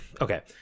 okay